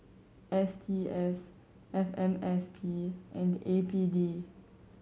S T S F M S P and A P D